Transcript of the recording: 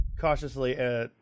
cautiously